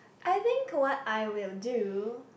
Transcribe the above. I think what I will do